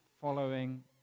following